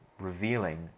revealing